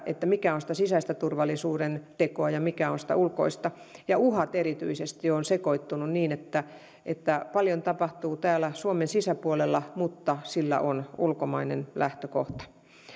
mikä on sitä sisäistä turvallisuuden tekoa ja mikä on sitä ulkoista uhat erityisesti ovat sekoittuneet niin että että paljon tapahtuu täällä suomen sisäpuolella mutta sillä on ulkomainen lähtökohta